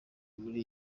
muri